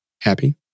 happy